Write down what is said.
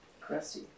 Crusty